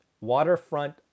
waterfront